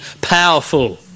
powerful